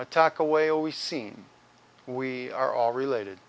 attack away all we seen we are all related